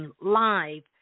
live